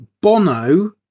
Bono